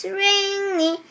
rainy